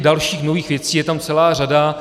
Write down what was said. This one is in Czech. Dalších nových věcí je tam celá řada.